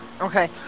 Okay